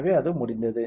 எனவே அது முடிந்தது